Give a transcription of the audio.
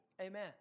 Amen